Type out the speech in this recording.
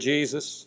Jesus